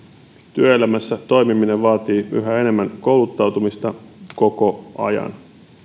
työelämässä toimiminen vaatii yhä enemmän kouluttautumista koko ajan